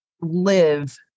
live